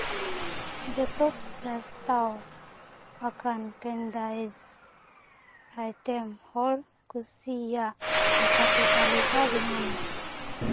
ᱡᱚᱛᱚ ᱯᱨᱚᱥᱛᱟᱣ ᱟᱠᱟᱱ ᱠᱮᱱᱰᱟᱭᱤᱡᱽ ᱟᱭᱴᱮᱢ ᱦᱚᱲ ᱠᱩᱥᱤ ᱭᱟᱜ ᱞᱮᱠᱟᱛᱮ ᱛᱟᱹᱞᱤᱠᱟ ᱵᱮᱱᱟᱣ ᱢᱮ